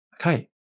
okay